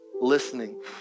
Listening